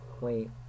Wait